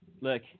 Look